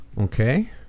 okay